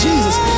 Jesus